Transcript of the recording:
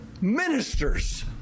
ministers